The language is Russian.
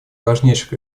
важнейших